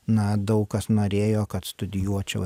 na daug kas norėjo kad studijuočiau